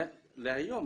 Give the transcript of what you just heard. להיום.